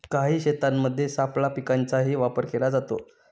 काही शेतांमध्ये सापळा पिकांचाही वापर केला जातो